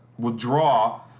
withdraw